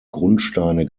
grundsteine